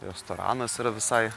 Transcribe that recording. restoranas yra visai